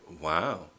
Wow